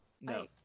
No